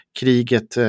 kriget